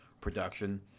production